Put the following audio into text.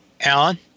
Alan